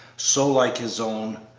so like his own.